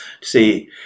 see